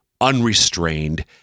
unrestrained